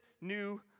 new